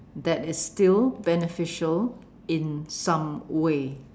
that is still beneficial in some way